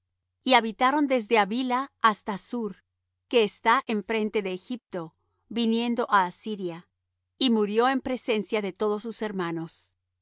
y habitaron desde havila hasta shur que está enfrente de egipto viniendo á asiria y murió en presencia de todos sus hermanos